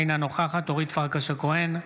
אינה נוכחת אורית פרקש הכהן,